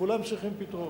לכולן צריכים פתרון.